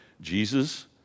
Jesus